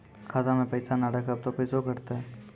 खाता मे पैसा ने रखब ते पैसों कटते?